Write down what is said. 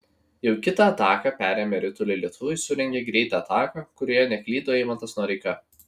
jau kitą ataką perėmę ritulį lietuviai surengė greitą ataką kurioje neklydo eimantas noreika